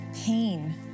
pain